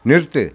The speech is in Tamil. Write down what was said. நிறுத்து